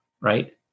right